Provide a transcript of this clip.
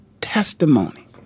testimony